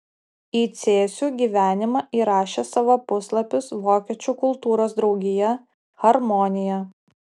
į cėsių gyvenimą įrašė savo puslapius vokiečių kultūros draugija harmonija